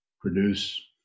Produce